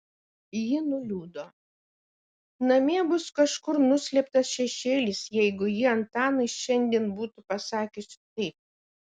ji nuliūdo namie bus kažkur nuslėptas šešėlis jeigu ji antanui šiandien būtų pasakiusi taip